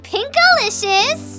Pinkalicious